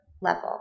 level